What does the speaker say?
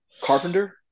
Carpenter